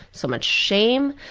so much shame,